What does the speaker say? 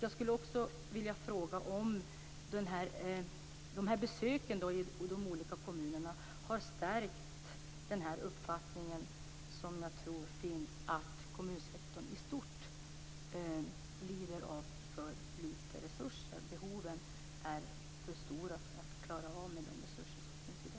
Jag skulle också vilja fråga om besöken i de olika kommunerna har stärkt den uppfattning som jag tror finns, att kommunsektorn i stort lider brist på resurser. Behoven är för stora för att klara av dem med de resurser som finns i dag.